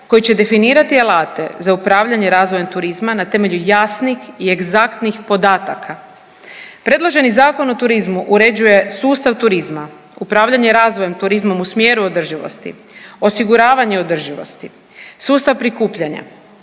koji će definirati alate za upravljanje razvojem turizma na temelju jasnih i egzaktnih podataka. Predloženi Zakon o turizmu uređuje sustav turizma, upravljanje razvojem turizma u smjeru održivosti, osiguravanje održivosti, sustav prikupljanja,